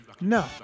No